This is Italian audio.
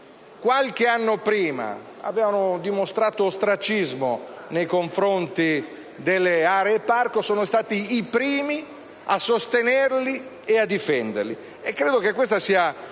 qualche anno prima avevano dimostrato ostracismo nei confronti delle aree parco, sono stati i primi a sostenerli e a difenderli. Credo che questa sia